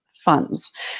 funds